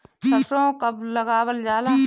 सरसो कब लगावल जाला?